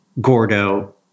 Gordo